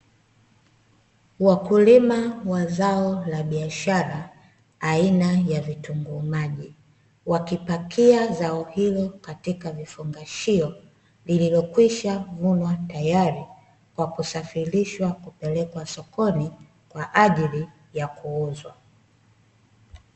Wakulima wa zao la biashara aina ya vitunguu maji, wakipakia zao hilo katika vifungashio, lililokwishavunwa tayari kwa kusafirishwa kupelekwa sokoni kwa ajili ya kuuzwa.